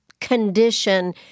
Condition